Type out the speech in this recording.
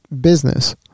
business